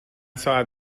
ساعت